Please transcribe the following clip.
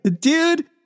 dude